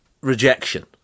rejection